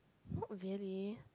not really